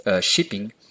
shipping